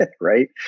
Right